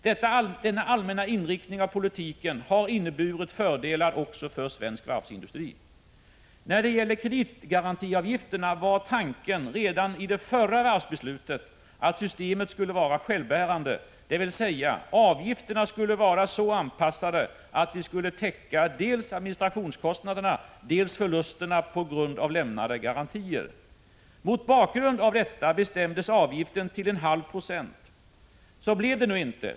Denna allmänna inriktning av politiken har inneburit fördelar även för svensk varvsindustri. När det gäller kreditgarantiavgifterna var tanken redan vid det förra varvsbeslutet att systemet skulle vara självbärande, dvs. att avgifterna skulle vara så anpassade att dom kunde täcka dels administrationskostnader, dels förluster på grund av lämnade garantier. Mot bakgrund av detta bestämdes avgiften till 0,5 22. Men det blev inte som man hade tänkt.